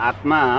Atma